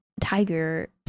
tiger